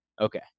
Okay